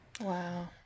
wow